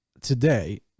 today